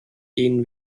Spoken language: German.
gehen